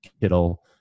Kittle –